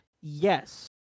Yes